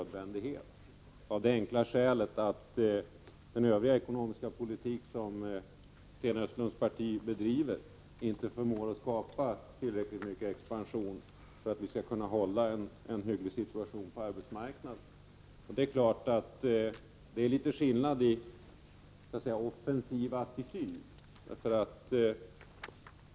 Det enkla skälet till detta är att den ekonomiska politik som Sten Östlunds parti bedriver inte förmår skapa tillräcklig expansion för att vi skall kunna ha en hygglig situation på arbetsmarknaden. Det är litet skillnad mellan partierna i fråga om offensiv attityd.